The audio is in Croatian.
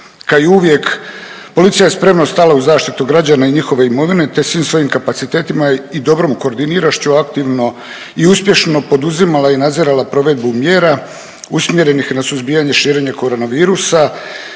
Kao i uvijek, policija je spremno stala u zaštitu građana i njihove imovine te svim svojim kapacitetima i dobrom koordiniranošću aktivno i uspješno poduzimala i nadzirana provedbu mjera umjerenih na suzbijanje širenja koronavirusa